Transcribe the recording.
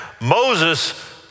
Moses